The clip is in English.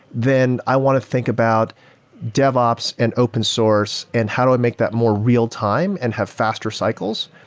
then i want to think about devops and open source and how do i make that more real-time and have faster cycles,